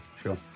sure